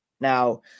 Now